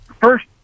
first